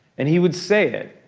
and he would say it.